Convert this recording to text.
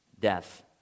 death